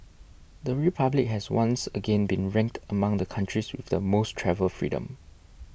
the Republic has once again been ranked among the countries with the most travel freedom